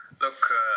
Look